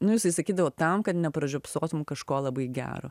nu jisai sakydavo tam kad nepražiopsotum kažko labai gero